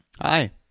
Hi